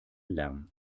lärm